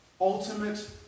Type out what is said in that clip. ultimate